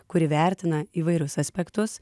kuri vertina įvairius aspektus